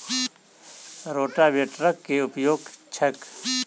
रोटावेटरक केँ उपयोग छैक?